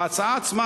בהצעה עצמה,